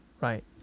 right